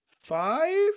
five